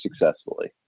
successfully